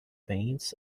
paints